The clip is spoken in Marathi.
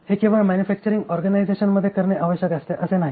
हे केवळ मॅन्युफॅक्चरिंग ऑर्गनायझेशनमध्ये करणे आवश्यक असते असे नाही